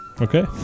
Okay